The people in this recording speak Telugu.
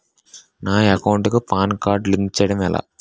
నా అకౌంట్ కు పాన్ కార్డ్ లింక్ చేయడం ఎలా?